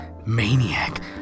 Maniac